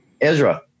Ezra